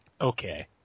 okay